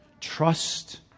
Trust